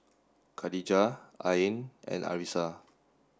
Khadija Ain and Arissa